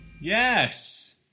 Yes